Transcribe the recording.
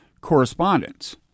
correspondence